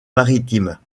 maritime